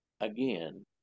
again